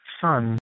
son